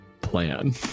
plan